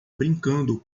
brincando